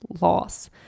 loss